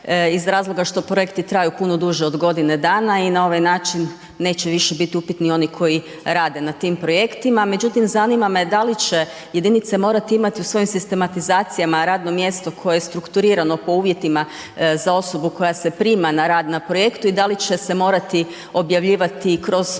iz razloga što projekti traju puno duže od godine dana i na ovaj način neće više biti upitni oni koji rade na tim projektima. Međutim, zanima me da li će jedinice morati imati u svojim sistematizacijama radno mjesto koje je strukturirano po uvjetima za osobu koja se prima na rad na projektu i da li će se morati objavljivati kroz plan